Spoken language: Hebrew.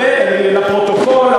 לפרוטוקול,